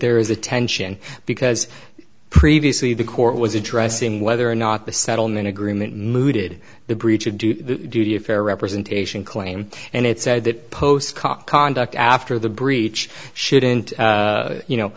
there is a tension because previously the court was addressing whether or not the settlement agreement mooted the breach of duty the duty of fair representation claim and it said that post cock conduct after the breach shouldn't you know